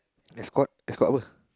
escort escort apa